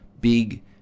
big